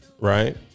Right